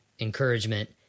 encouragement